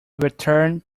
returned